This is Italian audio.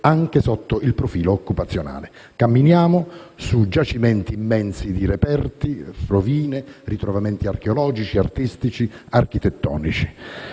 anche sotto il profilo occupazionale. Camminiamo su giacimenti immensi di reperti, rovine, ritrovamenti archeologici, artistici e architettonici.